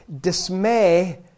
Dismay